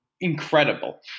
incredible